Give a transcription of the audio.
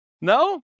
No